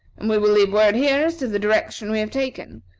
and we will leave word here as to the direction we have taken,